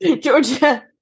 Georgia